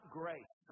grace